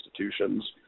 institutions